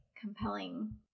compelling